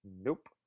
nope